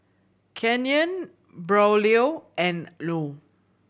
Kenyon Braulio and Llo